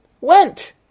went